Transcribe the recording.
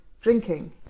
drinking